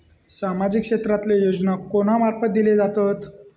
सामाजिक क्षेत्रांतले योजना कोणा मार्फत दिले जातत?